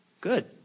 Good